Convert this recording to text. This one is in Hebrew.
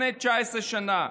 לפני 19 שנה.